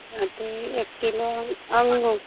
अथी एक किलो अङ्गूर